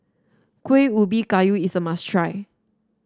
Kuih Ubi Kayu is a must try